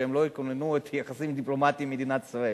שהם לא יכוננו יחסים דיפלומטיים עם מדינת ישראל.